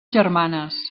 germanes